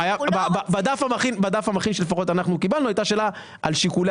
בדף המכין שלפחות אנחנו קיבלנו הייתה שאלה על שיקולי